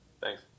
Thanks